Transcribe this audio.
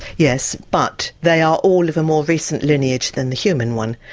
yes, but they are all of a more recent lineage than the human one.